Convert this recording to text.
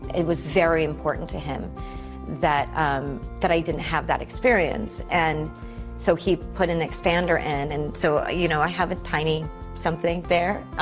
it was very important to him that um that i didn't have that experience. and so he put an expander in. and and so you know, i have a tiny something there.